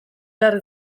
behar